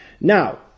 Now